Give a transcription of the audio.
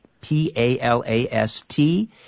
P-A-L-A-S-T